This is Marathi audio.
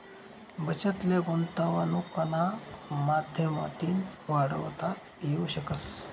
बचत ले गुंतवनुकना माध्यमतीन वाढवता येवू शकस